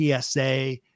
psa